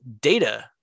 data